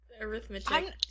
arithmetic